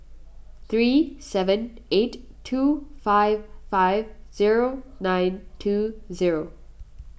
three seven eight two five five zero nine two zero